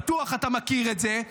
בטוח אתה מכיר את זה,